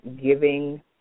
giving